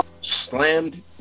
slammed